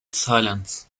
silence